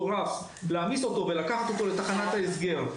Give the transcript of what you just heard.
לקחת אותו לתחנת ההסגר,